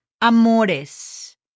amores